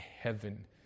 heaven